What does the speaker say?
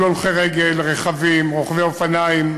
רכבים, רוכבי אופניים,